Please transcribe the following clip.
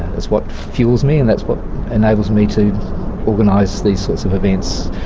that's what fuels me, and that's what enables me to organise these sorts of events